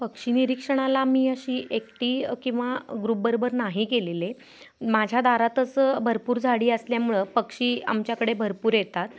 पक्षी निरीक्षणाला मी अशी एकटी किंवा ग्रुपबरोबर नाही गेलेले माझ्या दारातच भरपूर झाडी असल्यामुळं पक्षी आमच्याकडे भरपूर येतात